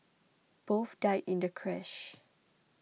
both died in the crash